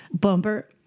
Bumper